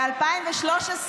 ב-2013,